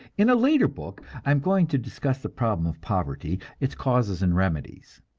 in a later book i am going to discuss the problem of poverty, its causes and remedies.